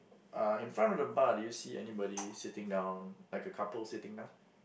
uh in front of the bar do you see anybody sitting down like a couple sitting down